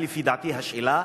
לפי דעתי השאלה,